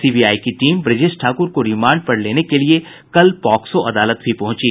CBI की team Brajesh Thakur को remand पर लेने के लिये कल पॉक्सो अदालत भी पहुंची